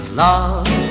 love